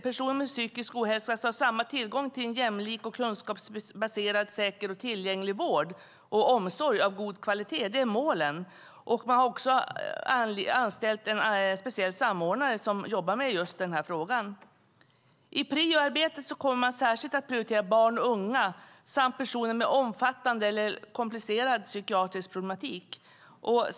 Personer med psykisk ohälsa ska ha samma tillgång till en jämlik, kunskapsbaserad, säker och tillgänglig vård och omsorg av god kvalitet. Det är målen. En speciell samordnare har anställts som jobbar med just denna fråga. I PRIO-arbetet kommer man särskilt att prioritera barn och unga samt personer med omfattande eller komplicerad psykiatrisk problematik.